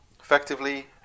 effectively